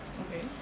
okay